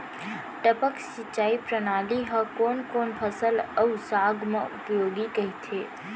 टपक सिंचाई प्रणाली ह कोन कोन फसल अऊ साग म उपयोगी कहिथे?